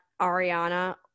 ariana